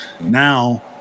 Now